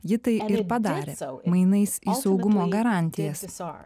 ji tai padarė mainais į saugumo garantijas